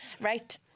right